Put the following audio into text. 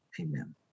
amen